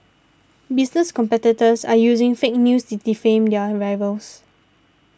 business competitors are using fake news to defame their rivals